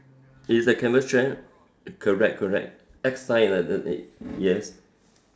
is a canvas chair correct correct X sign lah yes